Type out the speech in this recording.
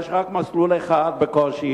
יש רק מסלול אחד בקושי.